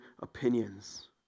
opinions